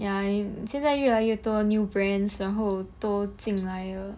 ya I 现在越来越多 brands 然后都进来了